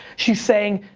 she's saying,